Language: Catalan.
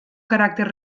caràcter